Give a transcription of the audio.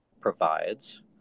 provides